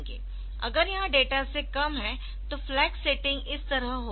अगर यह डेटा से कम है तो फ्लैग सेटिंग इस तरह होगी